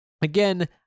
again